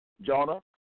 Jonah